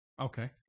Okay